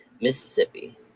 Mississippi